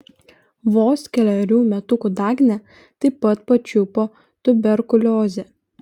vos kelerių metukų dagnę taip pat pačiupo tuberkuliozė